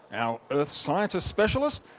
our earth scientist specialist,